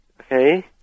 Okay